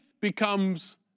becomes